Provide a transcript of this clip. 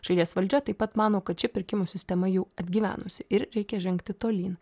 šalies valdžia taip pat mano kad ši pirkimų sistema jau atgyvenusi ir reikia žengti tolyn